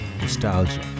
nostalgia